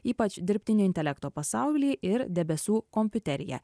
ypač dirbtinio intelekto pasauly ir debesų kompiuterija